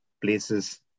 places